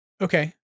Okay